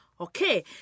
Okay